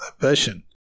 passion